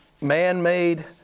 man-made